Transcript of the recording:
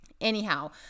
Anyhow